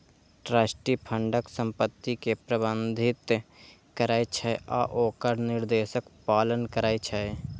trustee फंडक संपत्ति कें प्रबंधित करै छै आ ओकर निर्देशक पालन करै छै